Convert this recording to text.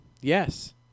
Yes